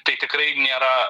tai tikrai nėra